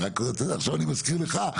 עכשיו אני מזכיר לך,